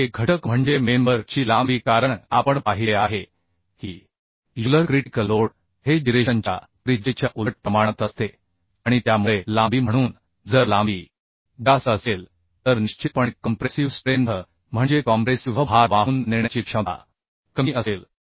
आणखी एक घटक म्हणजे मेंबर ची लांबी कारण आपण पाहिले आहे की युलर क्रिटिकल लोड हे जिरेशनच्या त्रिज्येच्या उलट प्रमाणात असते आणि त्यामुळे लांबी म्हणून जर लांबी जास्त असेल तर निश्चितपणे कॉम्प्रेसिव्ह स्ट्रेंथ म्हणजे कॉम्प्रेसिव्ह भार वाहून नेण्याची क्षमता कमी असेल